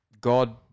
God